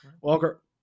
Walker